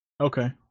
Okay